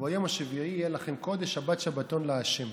וביום השביעי יהיה לכם קדש שבת שבתון לה'".